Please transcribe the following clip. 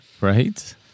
right